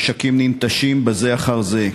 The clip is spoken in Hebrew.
משקים ננטשים זה אחר זה.